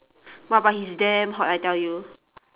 !wah! but he is damn hot I tell you